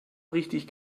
richtig